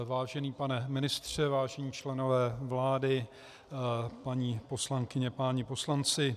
Vážený pane ministře, vážení členové vlády, paní poslankyně, páni poslanci.